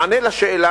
מענה על השאלה: